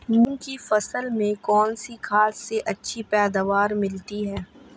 मूंग की फसल में कौनसी खाद से अच्छी पैदावार मिलती है?